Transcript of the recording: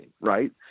right